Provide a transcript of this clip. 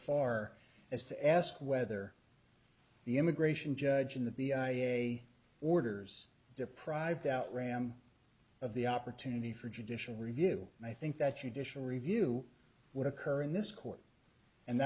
far as to ask whether the immigration judge in that the i a e a orders deprived outram of the opportunity for judicial review and i think that you dition review would occur in this court and